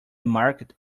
market